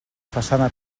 façana